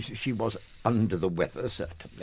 she was under the weather, certainly.